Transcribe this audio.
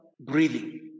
breathing